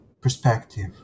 perspective